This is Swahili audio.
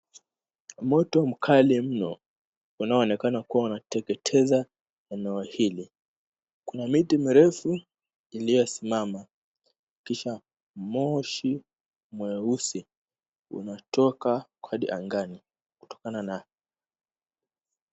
Moto mukali mno unaonekana kuwa unateketeza eneo hili. Kuna miti mirefu iliyosimama kisha moshi mweusi unatoka hadi angani kutokana na.